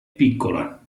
piccola